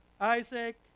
Isaac